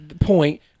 Point